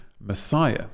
Messiah